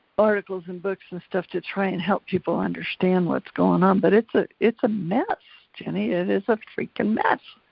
articles and books and stuff to try and help people understand what's going on, but it's a ah mess, jenny, it is a freakin' mess.